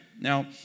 Now